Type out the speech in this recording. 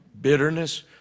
Bitterness